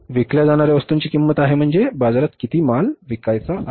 विकल्या जाणाऱ्या वस्तूंची ही किंमत आहे म्हणजे बाजारात किती माल विकायचा आहे